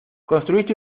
construiste